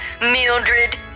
Mildred